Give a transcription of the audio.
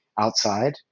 outside